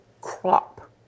crop